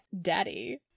Daddy